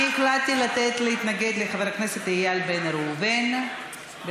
אני החלטתי לתת לחבר הכנסת איל בן ראובן להתנגד.